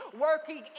working